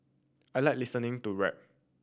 I like listening to rap